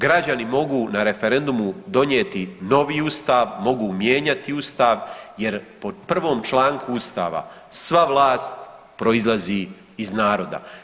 Građani mogu na referendumu donijeti novi ustav, mogu mijenjati ustav jer po 1. članku Ustava sva vlast proizlazi iz naroda.